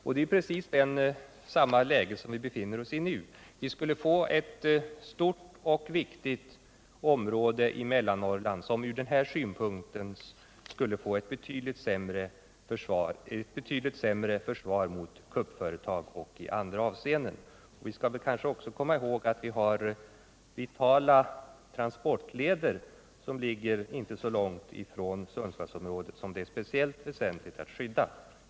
Vi befinner oss nu i precis samma läge. Ett stort och viktigt område i Mellannorrland skulle få en betydlig försämring vad gäller försvar mot kuppföretag och även i andra avseenden. Vi skall kanske också komma ihåg att vi i nära anslutning till Sundsvallsområdet har vitala transportleder som det är speciellt väsentligt att skydda.